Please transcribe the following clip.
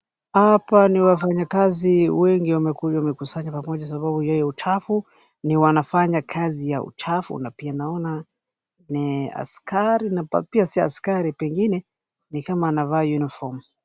Hapa ni wafanyakazi wengi wamekuja, wamekusanyika pamoja sababu ya hiyo uchafu. Wanafanya kazi ya uchafu, na pia naona ni askari, na pia si askari, pengine ni kama anafaa uniform.